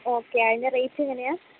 okay അതിൻ്റെ rate എങ്ങനെയാ